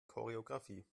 choreografie